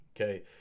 Okay